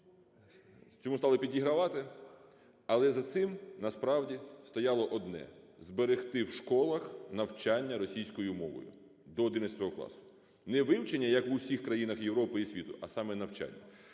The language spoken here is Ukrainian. Цьому стали підгравати. Але за цим насправді стояло одне – зберегти в школах навчання російською мовою до 11 класу. Не вивчення, як у всіх країнах Європи і світу, а саме навчання.